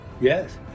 Yes